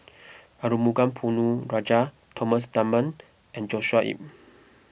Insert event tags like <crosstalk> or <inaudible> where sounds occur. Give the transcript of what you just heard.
Arumugam Ponnu Rajah Thomas Dunman and Joshua <unintelligible>